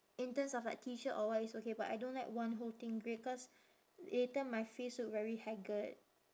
in terms of like T shirt or what it's okay but I don't like one whole thing grey cause later my face look very hagged